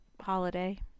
holiday